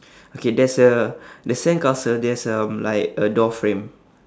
okay there's a the sandcastle there's um like a door frame